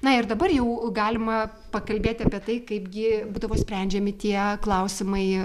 na ir dabar jau galima pakalbėti apie tai kaipgi būdavo sprendžiami tie klausimai